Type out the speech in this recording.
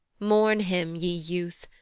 mourn him, ye youth,